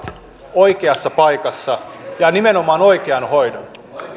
oikeassa paikassa ja nimenomaan oikean hoidon